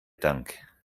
dank